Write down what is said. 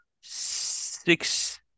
six